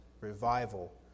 revival